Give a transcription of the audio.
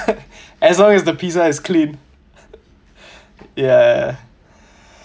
as long as the pizza is clean ya